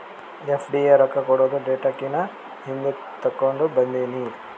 FD ರೊಕ್ಕಾ ಕೊಡದು date ಕಿನಾ ಹಿಂದೆ ತೇಕೊಂಡ್ ಬಂದಿನಿ